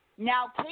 Now